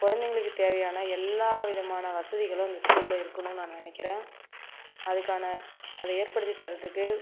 குழந்தைங்களுக்கு தேவையான எல்லா விதமான வசதிகளும் இந்த ஸ்கூலில் இருக்கணும்னு நான் நினக்கிறேன் அதுக்கான அதை ஏற்படுத்தி தரதுக்கு